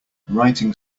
writing